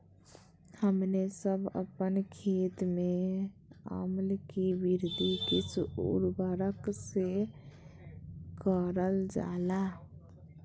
हमने सब अपन खेत में अम्ल कि वृद्धि किस उर्वरक से करलजाला?